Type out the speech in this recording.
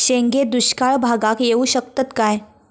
शेंगे दुष्काळ भागाक येऊ शकतत काय?